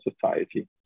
society